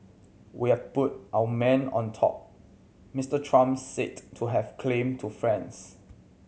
we have put our man on top Mister Trump said to have claimed to friends